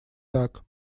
так